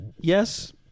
Yes